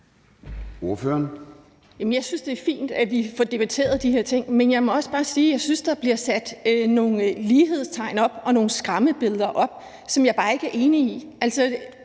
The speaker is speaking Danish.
Jeg synes, det er fint, at vi får debatteret de her ting, men jeg må også bare sige, at jeg synes, der bliver sat nogle lighedstegn og malet nogle skræmmebilleder, som jeg bare ikke er enig i.